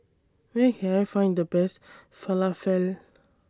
Where Can I Find The Best Falafel